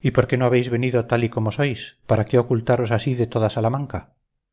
y por qué no habéis venido tal y como sois para qué ocultaros así de toda salamanca